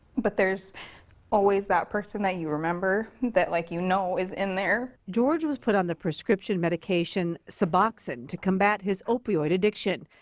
but there's always that person that you remember that like you know is in there. george was put on the prescription medication, soboxone to combat his opioid addiction,